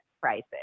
prices